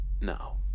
Now